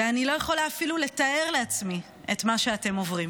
אני לא יכולה אפילו לתאר לעצמי מה אתם עוברים,